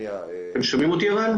חברתי דינה זילבר תציג בהמשך,